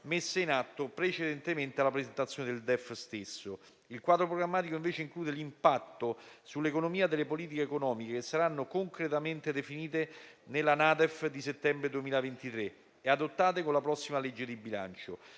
messe in atto precedentemente alla presentazione del DEF stesso. Il quadro programmatico include invece l'impatto sull'economia delle politiche economiche che saranno concretamente definite nella NADEF di settembre 2023 e adottate con la prossima legge di bilancio.